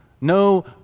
no